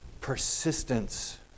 persistence